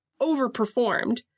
overperformed